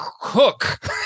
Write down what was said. cook